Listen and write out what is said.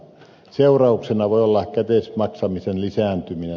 seurauksena voi olla käteismaksamisen lisääntyminen